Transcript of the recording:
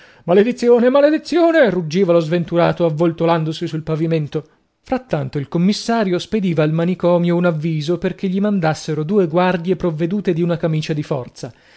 maledizione maledizione ruggiva lo sventurato avvoltolandosi sul pavimento frattanto il commissario spediva al manicomio un avviso perché gli mandassero due guardie provvedute di una camicia di forza